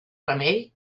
remei